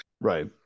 Right